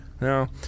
No